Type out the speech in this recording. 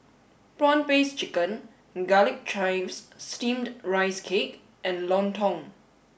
prawn paste chicken garlic chives steamed rice cake and Lontong